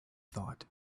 thought